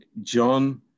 John